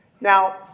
Now